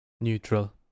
Neutral